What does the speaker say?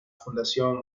fundación